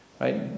right